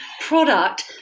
product